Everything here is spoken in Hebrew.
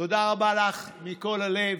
תודה רבה לך מכל הלב.